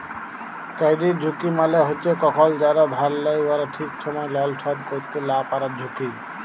credit ঝুঁকি মালে হছে কখল যারা ধার লেয় উয়ারা ঠিক ছময় লল শধ ক্যইরতে লা পারার ঝুঁকি